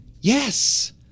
Yes